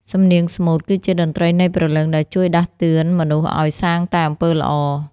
សំនៀងស្មូតគឺជាតន្ត្រីនៃព្រលឹង ដែលជួយដាស់តឿនមនុស្សឱ្យសាងតែអំពើល្អ។